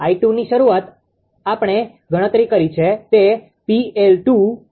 𝑖2ની આપણે શરૂઆતમાં ગણતરી કરી છે